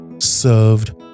Served